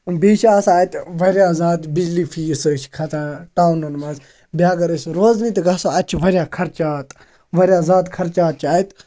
بیٚیہِ چھِ آسان اَتہِ واریاہ زیادٕ بِجلی فیٖس حظ چھِ کھَسان ٹاونَن مَنٛز بیٚیہِ اگر أسۍ روزنہِ تہِ گژھو اَتہِ چھِ واریاہ خرچات واریاہ زیادٕ خرچات چھِ اَتہِ